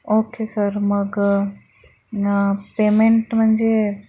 okay sir मग payment म्हणजे